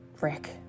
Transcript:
Rick